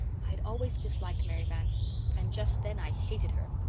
i had always disliked mary vance and just then i hated her.